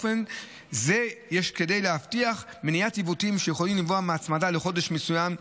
יש בכך כדי להבטיח מניעת עיוותים שיכולים לנבוע מהצמדה לחודש מסוים,